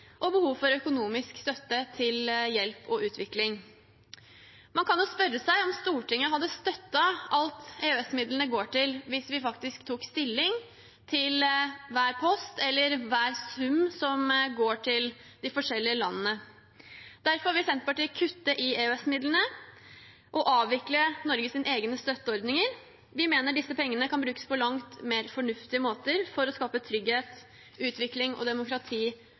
og behov for økonomisk støtte til hjelp og utvikling. Man kan jo spørre seg om Stortinget hadde støttet alt EØS-midlene går til, hvis vi faktisk tok stilling til hver post eller hver sum som går til de forskjellige landene. Derfor vil Senterpartiet kutte i EØS-midlene og avvikle Norges egne støtteordninger. Vi mener disse pengene kan brukes på langt mer fornuftige måter for å skape trygghet, utvikling og demokrati